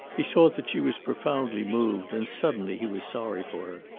he saw that she was profoundly moved, and suddenly he was sorry for